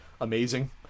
Amazing